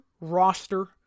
roster